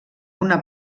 una